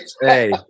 Hey